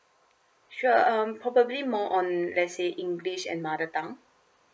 sure um probably more on let's say english and mother tongue